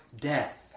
death